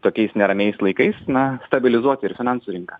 tokiais neramiais laikais na stabilizuoti ir finansų rinką